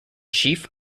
chief